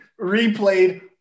replayed